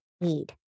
need